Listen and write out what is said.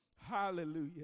Hallelujah